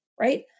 right